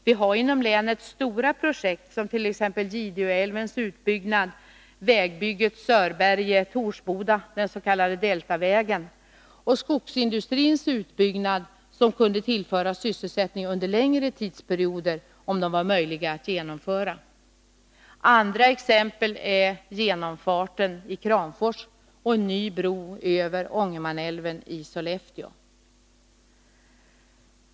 Vi har inom länet stora projekt som t.ex. Gideåälvens utbyggnad, vägbygget Sörberge-Torsboda — den s.k. Deltavägen — och skogsindustrins utbyggnad, som kunde ge sysselsättning under längre tidsperioder, om de var möjliga att genomföra. Andra exempel är genomfarten i Kramfors och en ny bro över Ångermanälven i Sollefteå.